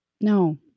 No